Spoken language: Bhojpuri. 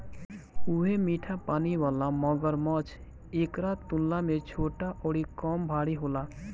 उहे मीठा पानी वाला मगरमच्छ एकरा तुलना में छोट अउरी कम भारी होला